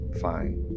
fine